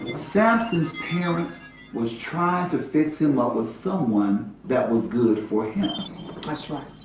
and samson's parents was trying to fix him up with someone that was good for him. that's right.